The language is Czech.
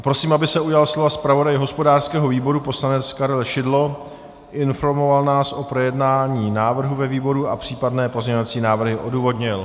Prosím, aby se ujal slova zpravodaj hospodářského výboru poslanec Karel Šidlo a informoval nás o projednání návrhu ve výboru a případné pozměňovací návrhy odůvodnil.